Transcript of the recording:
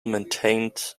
maintained